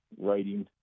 writing